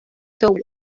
tower